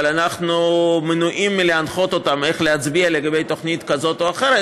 אבל אנחנו מנועים מלהנחות אותם איך להצביע לגבי תוכנית כזאת או אחרת.